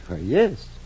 Yes